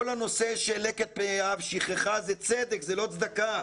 כל הנושא של לקט פאה ושכחה זה צדק, זה לא צדקה.